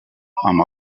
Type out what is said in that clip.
amb